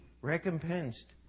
recompensed